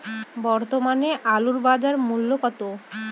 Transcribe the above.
বর্তমানে আলুর বাজার মূল্য কত?